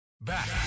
Back